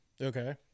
Okay